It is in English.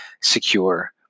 secure